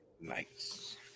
Nice